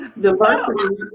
Diversity